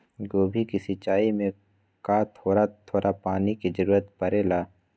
गोभी के सिचाई में का थोड़ा थोड़ा पानी के जरूरत परे ला?